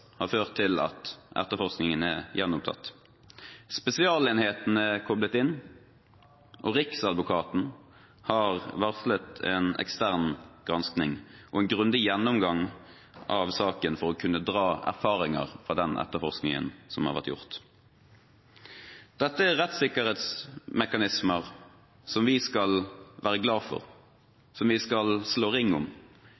har ført til at etterforskningen er gjenopptatt. Spesialenheten er koblet inn, og Riksadvokaten har varslet en ekstern gransking og en grundig gjennomgang av saken for å kunne dra erfaringer fra den etterforskningen som har vært gjort. Dette er rettssikkerhetsmekanismer som vi skal være glad for,